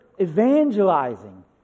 Evangelizing